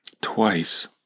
twice